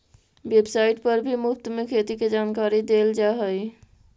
website पर भी मुफ्त में खेती के जानकारी देल जा हई